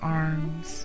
arms